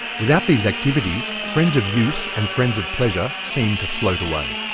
without these activities, friends of use and friends of pleasure seemed to float away.